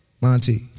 Monty